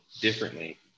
differently